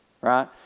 Right